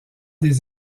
des